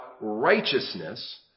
righteousness